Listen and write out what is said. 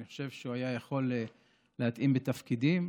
אני חושב שהוא היה יכול להתאים לתפקידים.